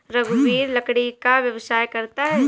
रघुवीर लकड़ी का व्यवसाय करता है